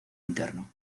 interno